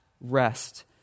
rest